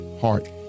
heart